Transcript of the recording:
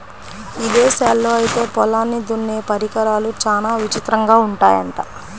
ఇదేశాల్లో ఐతే పొలాల్ని దున్నే పరికరాలు చానా విచిత్రంగా ఉంటయ్యంట